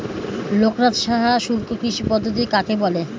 লোকনাথ সাহা শুষ্ককৃষি পদ্ধতি কাকে বলে?